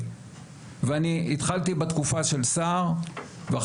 ואני הייתי רוצה יותר הרחבת דעת ויותר